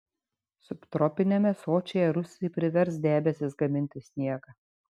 subtropiniame sočyje rusai privers debesis gaminti sniegą